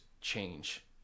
change